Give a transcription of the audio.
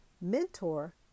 mentor